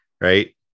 right